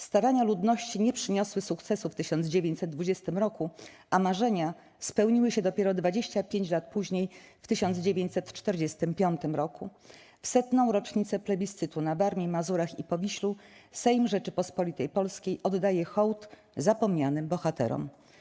Starania ludności nie przyniosły sukcesu w 1920 r., a marzenia spełniły się dopiero 25 lat później, w 1945 r. W 100. rocznicę plebiscytu na Warmii, Mazurach i Powiślu Sejm Rzeczypospolitej Polskiej oddaje hołd zapomnianym bohaterom”